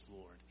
Lord